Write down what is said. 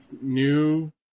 new